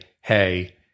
hey